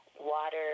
water